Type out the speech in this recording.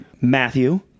Matthew